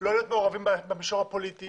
לא להיות מעורבים במישור הפוליטי,